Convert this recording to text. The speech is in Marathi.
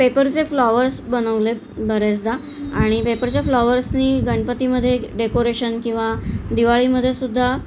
पेपरचे फ्लावर्स बनवले बरेचदा आणि पेपरचे फ्लॉवर्सनी गणपतीमध्ये डेकोरेशन किंवा दिवाळीमध्ये सुद्धा